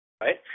right